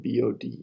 BOD